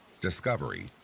Discovery